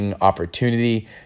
opportunity